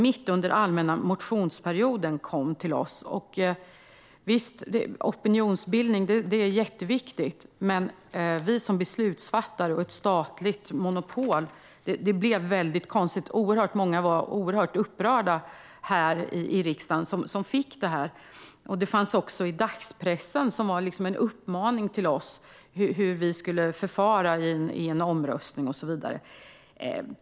Visst är det viktigt med opinionsbildning, men det blev mycket konstigt med tanke på att vi är beslutsfattare och Systembolaget ett statligt monopol. Många här i riksdagen var oerhört upprörda. Också i dagspressen fanns en uppmaning till oss riksdagsledamöter hur vi skulle förfara i en omröstning.